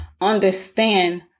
understand